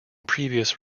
previous